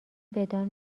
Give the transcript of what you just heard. بدان